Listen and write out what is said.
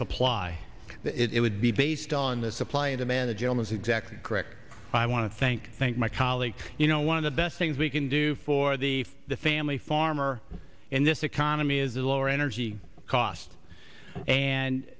supply that it would be based on the supply and demand a gentleman's exactly correct i want to thank thank my colleagues you know one of the best things we can do for the family farmer in this economy is the lower energy costs and